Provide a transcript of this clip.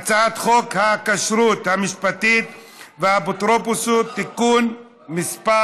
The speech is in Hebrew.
הצעת חוק לתיקון פקודת התעבורה (מס'